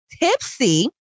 tipsy